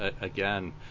again